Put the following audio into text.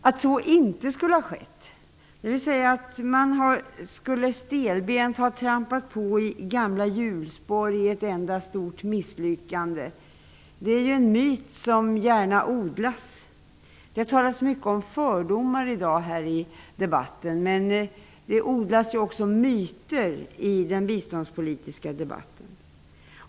Att så inte skulle ha skett, dvs. att man stelbent skulle ha trampat på i gamla hjulspår i ett enda stort misslyckande, är en myt som gärna odlas. Det har här i dag talats mycket om fördomar, men det odlas också myter i den biståndspolitiska debatten.